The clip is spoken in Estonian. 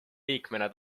liikmena